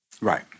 Right